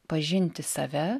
pažinti save